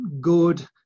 good